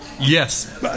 Yes